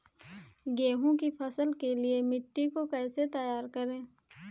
गेहूँ की फसल के लिए मिट्टी को कैसे तैयार करें?